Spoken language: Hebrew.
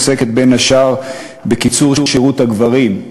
עוסקת בין השאר בקיצור שירות הגברים.